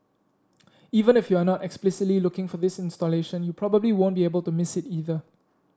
even if you are not explicitly looking for this installation you probably won't be able to miss it either